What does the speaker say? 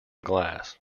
glass